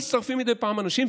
מצטרפים מדי פעם אנשים,